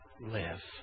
live